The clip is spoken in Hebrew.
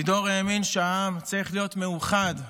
לידור האמין שהעם צריך להיות מאוחד,